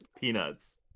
peanuts